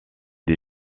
des